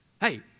Hey